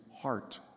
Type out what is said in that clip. heart